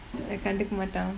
கண்டுக்க மாட்டான்:kandukka maataan